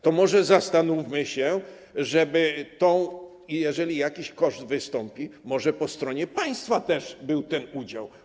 To może zastanówmy się nad tym, żeby jeżeli jakiś koszt wystąpi, może po stronie państwa też był udział.